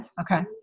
Okay